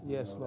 Yes